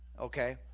okay